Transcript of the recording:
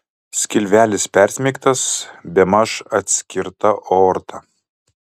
skilvelis persmeigtas bemaž atskirta aorta